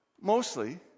Mostly